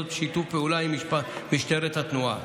בשיתוף פעולה עם משטרת התנועה.